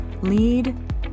Lead